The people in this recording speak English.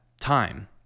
time